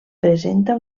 presenta